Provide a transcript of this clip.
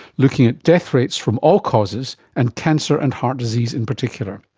looking at death rates from all causes and cancer and heart disease in particular.